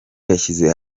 yashyize